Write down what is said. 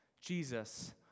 Jesus